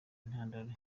intandaro